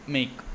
make